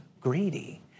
greedy